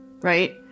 right